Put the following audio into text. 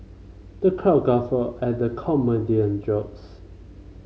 the crowd guffawed at the comedian jokes